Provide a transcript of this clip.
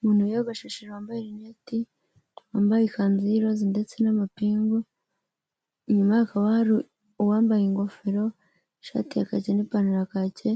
Umuntu wiyogoshesheje wambaye rineti, wambaye ikanzu y'irosa, ndetse n'amapingu, inyuma hakaba hari uwambaye ingofero ishati ya kake n'ipantaro kake